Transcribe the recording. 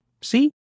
See